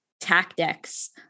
tactics